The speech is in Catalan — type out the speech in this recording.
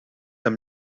amb